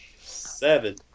Seven